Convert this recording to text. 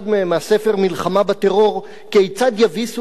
מהספר "מלחמה בטרור: כיצד יביסו המשטרים